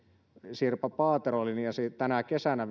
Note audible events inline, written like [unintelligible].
sirpa paatero linjasi vielä tänä kesänä [unintelligible]